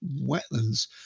wetlands